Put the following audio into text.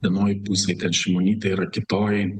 vienoj pusėj kad šimonytė yra kitoj